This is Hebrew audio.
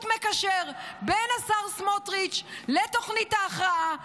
מקשר בין השר סמוטריץ' לתוכנית ההכרעה,